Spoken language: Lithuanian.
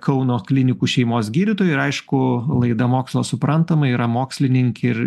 kauno klinikų šeimos gydytoja ir aišku laida mokslas suprantamai yra mokslininkė ir